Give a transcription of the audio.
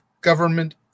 government